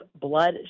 blood